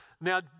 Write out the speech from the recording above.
Now